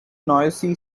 noisy